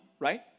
right